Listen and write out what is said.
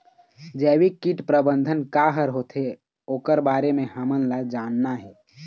जैविक कीट प्रबंधन का हर होथे ओकर बारे मे हमन ला जानना हे?